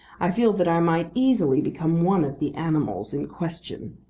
i feel that i might easily become one of the animals in question.